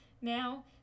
now